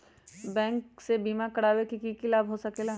Bank से बिमा करावे से की लाभ होई सकेला?